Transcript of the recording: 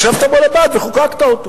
ישבת בו לבד וחוקקת אותו